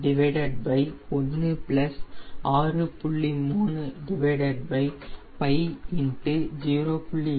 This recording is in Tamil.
8 9